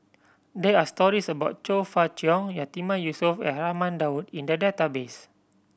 there are stories about Chong Fah Cheong Yatiman Yusof and Raman Daud in the database